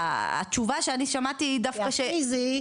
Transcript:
התשובה שאני שמעתי היא דווקא -- כי הפיזי,